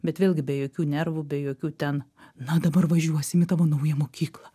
bet vėlgi be jokių nervų be jokių ten na dabar važiuosim į tavo naują mokyklą